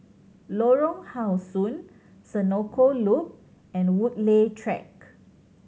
Lorong How Sun Senoko Loop and Woodleigh Track